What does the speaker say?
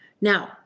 Now